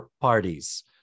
parties